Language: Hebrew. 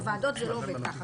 בוועדות זה לא עובד ככה.